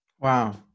Wow